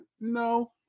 no